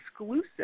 exclusive